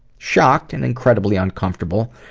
shocked and incredibly uncomfortable,